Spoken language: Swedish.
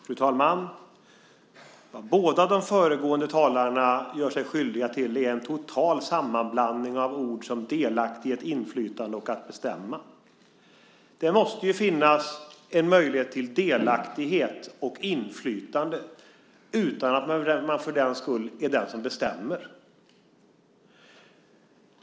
Fru talman! Vad båda de föregående talarna gör sig skyldiga till är en total sammanblandning av ord som delaktighet, inflytande och att bestämma. Det måste finnas en möjlighet till delaktighet och inflytande utan att man för den skull är den som bestämmer.